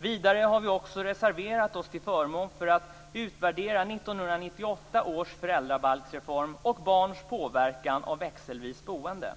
Vidare har vi också reserverat oss till förmån för en utvärdering av 1998 års föräldrabalksreform och barns påverkan av växelvis boende.